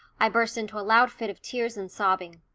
i burst into a loud fit of tears and sobbing.